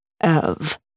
Ev